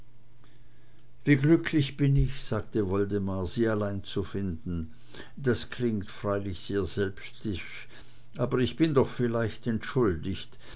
wie glücklich bin ich sagte woldemar sie allein zu finden das klingt freilich sehr selbstisch aber ich bin doch vielleicht entschuldigt